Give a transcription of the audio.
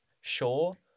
sure